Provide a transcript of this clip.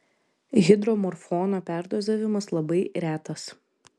hidromorfono perdozavimas labai retas